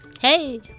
Hey